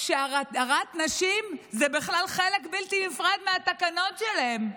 שהדרת נשים היא בכלל חלק בלתי נפרד מהתקנון שלהן.